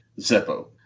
Zeppo